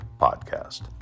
Podcast